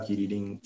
reading